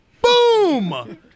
Boom